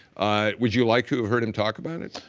would you like to have heard him talk about it?